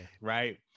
right